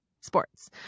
sports